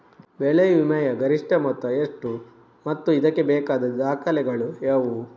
ಬೆಳೆ ವಿಮೆಯ ಗರಿಷ್ಠ ಮೊತ್ತ ಎಷ್ಟು ಮತ್ತು ಇದಕ್ಕೆ ಬೇಕಾದ ದಾಖಲೆಗಳು ಯಾವುವು?